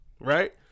right